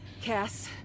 Cass